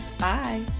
Bye